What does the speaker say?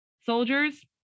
soldiers